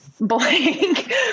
blank